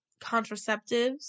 contraceptives